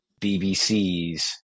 BBC's